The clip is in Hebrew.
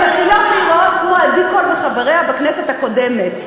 אתן מתחילות להיראות כמו עדי קול וחבריה בכנסת הקודמת.